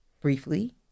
briefly